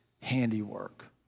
handiwork